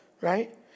right